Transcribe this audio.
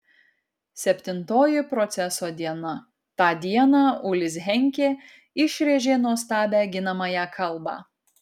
septintoji proceso diena tą dieną ulis henkė išrėžė nuostabią ginamąją kalbą